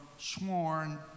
sworn